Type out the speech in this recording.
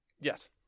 Yes